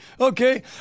Okay